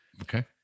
Okay